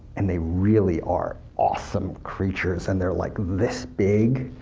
and they really are awesome creatures, and they're like this big,